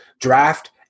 draft